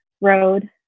road